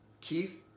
Keith